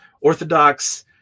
Orthodox